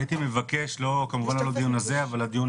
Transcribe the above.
אני הייתי מבקש כמובן לא לדיון הזה אבל לדיון